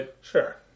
Sure